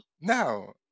no